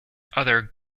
other